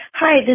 Hi